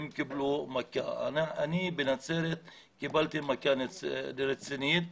אני בנצרת קיבלתי מכה רצינית.